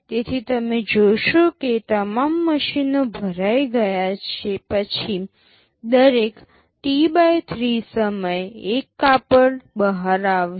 તેથી તમે જોશો કે તમામ મશીનો ભરાઈ ગયા પછી દરેક T 3 સમય એક કાપડ બહાર આવશે